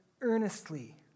earnestly